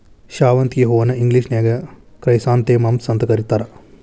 ಶಾವಂತಿಗಿ ಹೂವನ್ನ ಇಂಗ್ಲೇಷನ್ಯಾಗ ಕ್ರೈಸಾಂಥೆಮಮ್ಸ್ ಅಂತ ಕರೇತಾರ